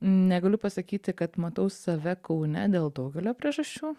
negaliu pasakyti kad matau save kaune dėl daugelio priežasčių